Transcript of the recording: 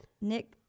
Nick